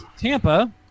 Tampa